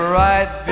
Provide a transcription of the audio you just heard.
right